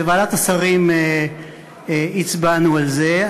בוועדת השרים הצבענו על זה.